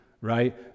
right